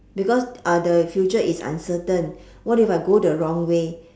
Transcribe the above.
because uh the future is uncertain what if I go the wrong way